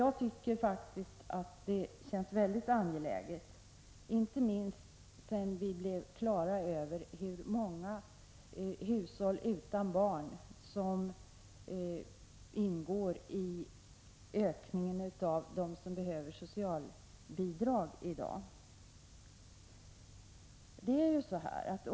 Jag tycker däremot att det känns mycket angeläget, inte minst sedan vi blev klara över hur många hushåll utan barn som ingår i det ökade antalet sökande som i dag behöver socialbidrag.